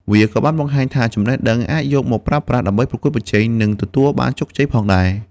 វាក៏បានបង្ហាញថាចំណេះដឹងអាចយកមកប្រើប្រាស់ដើម្បីប្រកួតប្រជែង និងទទួលបានជោគជ័យផងដែរ។